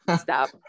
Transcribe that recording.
stop